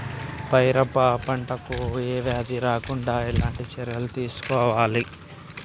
పెరప పంట కు ఏ వ్యాధి రాకుండా ఎలాంటి చర్యలు తీసుకోవాలి?